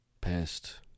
Past